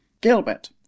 Gilbert